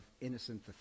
Innocent